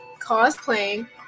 cosplaying